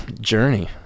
journey